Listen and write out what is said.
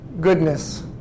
goodness